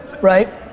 right